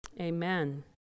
amen